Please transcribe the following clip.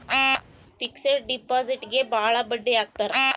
fixed ಡಿಪಾಸಿಟ್ಗೆ ಭಾಳ ಬಡ್ಡಿ ಹಾಕ್ತರ